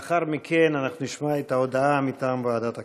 לאחר מכן אנחנו נשמע את ההודעה מטעם ועדת הכנסת.